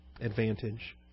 Advantage